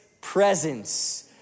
Presence